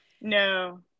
No